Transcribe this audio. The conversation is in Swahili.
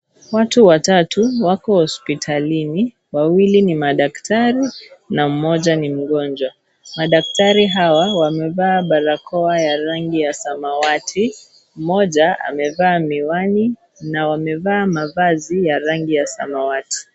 Watu watatu wako hosiptalini, wawili ni madaktari na mmoja ni mgonjwa . Madaktari hawa wamevas barakoa wa rangi ya samawati moja amevaa miwani na wamevaa mavazi ya rangi ya samawati.